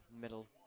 middle